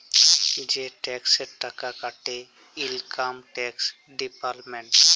যে টেকসের টাকা কাটে ইলকাম টেকস ডিপার্টমেল্ট